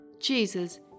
Jesus